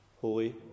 Holy